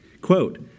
quote